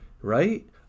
Right